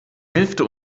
hälfte